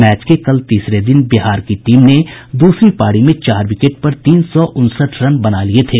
match के कल तीसरे दिन बिहार की टीम ने दूसरी पारी में चार विकेट पर तीन सौ उनसठ रन बना लिये थे